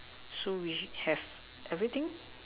so we should have everything